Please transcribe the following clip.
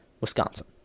Wisconsin